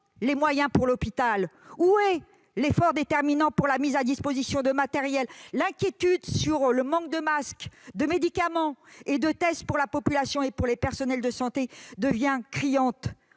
les moyens pour l'hôpital ? Où est l'effort déterminant pour la mise à disposition de matériels ? L'inquiétude sur le manque de masques, de médicaments et de tests pour la population et même pour les personnels de santé devient criante